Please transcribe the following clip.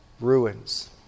ruins